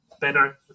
better